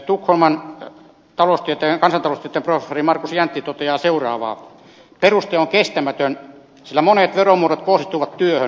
tukholman yliopiston kansataloustieteen professori markus jäntti toteaa että peruste on kestämätön sillä monet veromuodot kohdistuvat työhön